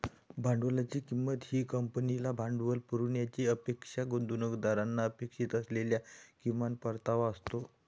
भांडवलाची किंमत ही कंपनीला भांडवल पुरवण्याची अपेक्षा गुंतवणूकदारांना अपेक्षित असलेला किमान परतावा असतो